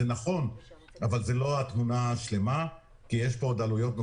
נכון אבל זאת לא התמונה השלמה כי יש פה עוד עלויות.